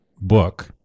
book